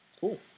Cool